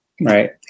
right